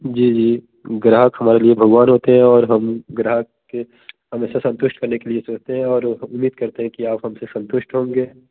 जी जी ग्राहक हमारे लिए भगवान होते हैं और हम ग्राहक के हमेशा संतुष्ट करने के लिए सोचते हैं और उम्मीद करते हैं कि आप हमसे संतुष्ट होंगे